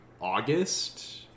August